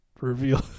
reveal